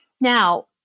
Now